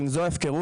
אם זו ההפקרות,